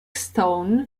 stone